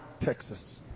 Texas